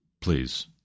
please